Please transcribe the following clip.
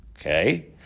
Okay